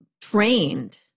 trained